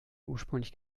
ursprünglich